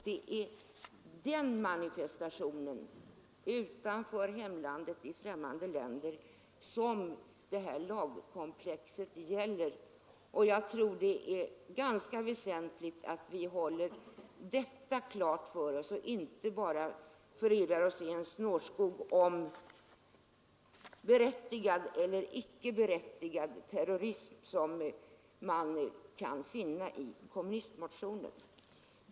Det är den manifestationen, utanför hemlandet, i främmande länder, som det här lagkomplexet gäller. Jag tror att det är ganska väsentligt att vi håller detta klart för oss och inte bara förirrar oss i en snårskog om berättigad eller icke berättigad terrorism, som man kan finna i kommunistmotionen.